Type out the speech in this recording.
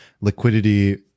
liquidity